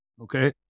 okay